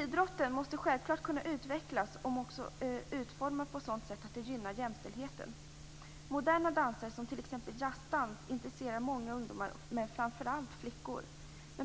Idrotten måste självklart kunna utvecklas och också utformas på ett sådant sätt att det gynnar jämställdheten. Moderna danser, som t.ex. jazzdans, intresserar många ungdomar, framför allt flickor.